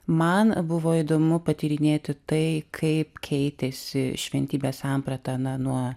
man buvo įdomu patyrinėti tai kaip keitėsi šventybės samprata na nuo